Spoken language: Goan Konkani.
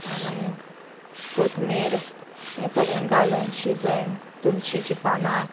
आनी कोथमीर हे सगलें घालून शिजयन तुलशीची पानां